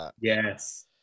Yes